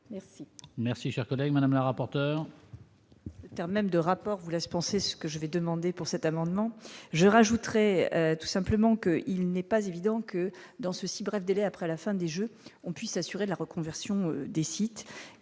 merci. Merci, cher collègue Madame la rapporteur. Quand même, de rapports vous laisse penser ce que je vais demander pour cet amendement, je rajouterais tout simplement qu'il n'est pas évident que dans ceux-ci bref délai après la fin des Jeux, on puisse assurer la reconversion des sites